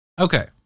Okay